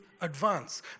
advance